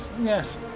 Yes